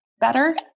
better